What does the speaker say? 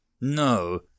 No